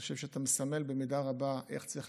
אני חושב שאתה מסמל במידה רבה איך צריך